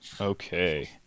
Okay